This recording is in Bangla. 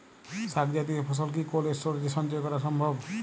শাক জাতীয় ফসল কি কোল্ড স্টোরেজে সঞ্চয় করা সম্ভব?